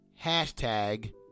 hashtag